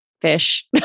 fish